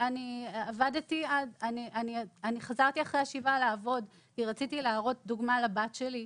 אחרי השבעה חזרתי לעבודה כי רציתי להראות דוגמה לבת שלי.